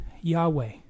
Yahweh